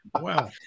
Wow